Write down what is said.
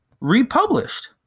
republished